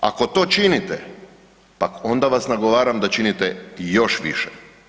Ako to činite, pak onda vas nagovaram da činite još više.